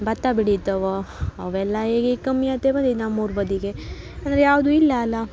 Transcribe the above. ಭತ್ತ ಬೆಳಿತವೋ ಅವೆಲ್ಲ ಈಗೀಗ ಕಮ್ಮಿ ಆತೆ ಬಂದಿದ್ ನಮ್ಮ ಊರ ಬದಿಗೆ ಅಂದರೆ ಯಾವುದೂ ಇಲ್ಲ ಅಲ್ಲ